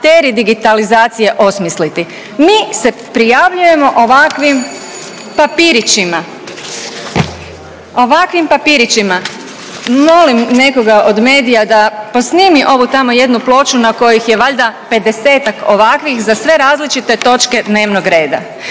amateri digitalizacije osmisliti. Mi se prijavljujemo ovakvim papirićima, ovakvim papirićima. Molim nekoga od medija da posnimi ovu tamo jednu ploču na kojoj je valjda 50-ak ovakvih za sve različite točke dnevnog reda